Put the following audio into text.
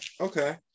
Okay